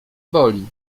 boli